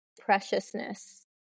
preciousness